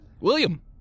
William